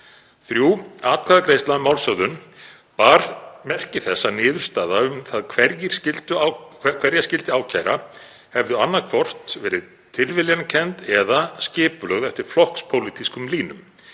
3. Atkvæðagreiðsla um málshöfðun bar merki þess að niðurstaða um það hverja skyldi ákæra hefði annaðhvort verið tilviljanakennd eða skipulögð eftir flokkspólitískum línum.